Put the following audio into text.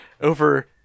over